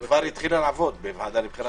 היא כבר התחילה לעבוד בוועדה לבחירת שופטים.